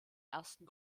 ersten